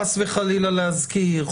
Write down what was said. חס וחלילה להזכיר,